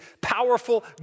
powerful